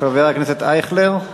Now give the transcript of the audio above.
חבר הכנסת אייכלר,